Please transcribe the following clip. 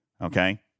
Okay